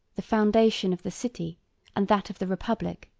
the foundation of the city and that of the republic,